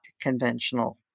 conventional